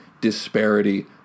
disparity